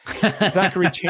Zachary